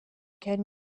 can